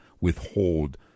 withhold